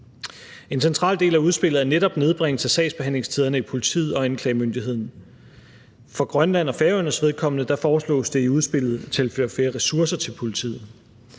En central del af udspillet er netop nedbringelse af sagsbehandlingstiderne i politiet og anklagemyndigheden. For Grønland og Færøernes vedkommende foreslås det i udspillet at tilføre flere ressourcer til politiet.